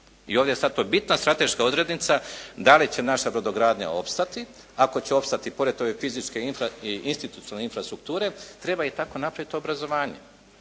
I ovdje je to sada bitna strateška odrednica da li će naša brodogradnja opstati, ako će opstati pored ove fizičke institucionalne infrastrukture, treba tako napraviti i obrazovanje.